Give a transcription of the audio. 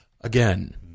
Again